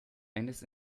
eines